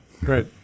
great